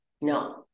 no